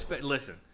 Listen